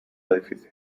edificio